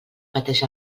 pateix